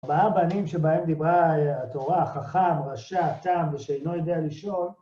ארבעה בנים שבהם דיברה התורה, חכם, רשע, תם, ושאינו יודע לשאול,